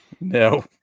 No